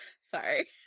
Sorry